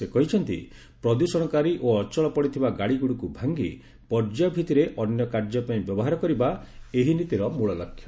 ସେ କହିଛନ୍ତି ପ୍ରଦ୍ୟଷଣକାରୀ ଓ ଅଚଳ ପଡ଼ିଥିବା ଗାଡ଼ିଗୁଡ଼ିକୁ ଭାଙ୍ଗି ପର୍ଯ୍ୟାୟ ଭିତ୍ତିରେ ଅନ୍ୟ କାର୍ଯ୍ୟ ପାଇଁ ବ୍ୟବହାର କରିବା ଏହି ନୀତିର ମୂଳ ଲକ୍ଷ୍ୟ